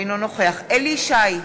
אינו נוכח אליהו ישי,